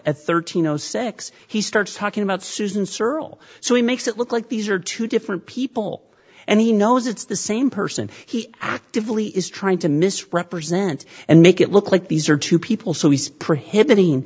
five thirteen zero six he starts talking about susan searle so he makes it look like these are two different people and he knows it's the same person he actively is trying to misrepresent and make it look like these are two people so he's pr